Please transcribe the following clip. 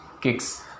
kicks